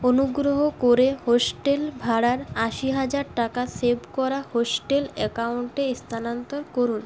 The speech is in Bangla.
অনুগ্রহ করে হোস্টেল ভাড়ার আশি হাজার টাকা সেভ করা হোস্টেল অ্যাকাউন্টে স্থানান্তর করুন